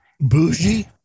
Bougie